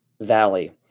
Valley